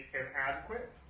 inadequate